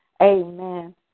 Amen